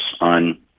on